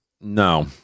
no